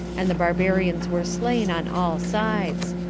and the barbarians were slain on all sides.